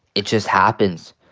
it just happens.